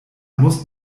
muss